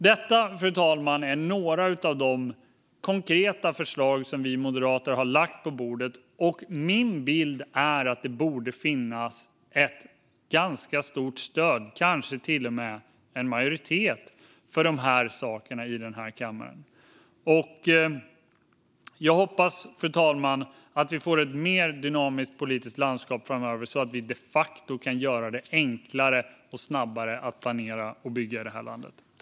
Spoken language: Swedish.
Detta, fru talman, är några av de konkreta förslag som vi moderater har lagt på bordet. Min bild är att det borde finnas ett ganska stort stöd - kanske till och med en majoritet - för de här sakerna i denna kammare. Jag hoppas, fru talman, att vi får ett mer dynamiskt politiskt landskap framöver, så att vi de facto kan göra att det går enklare och snabbare att planera och bygga i det här landet.